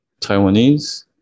Taiwanese